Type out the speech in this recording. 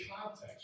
context